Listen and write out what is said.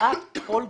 כמעט כל גורם,